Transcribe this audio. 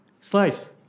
slice